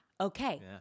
okay